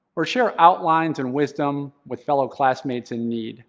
or share outlines and wisdom with fellow classmates in need